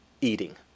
eating